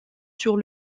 sur